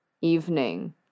evening